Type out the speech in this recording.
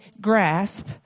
grasp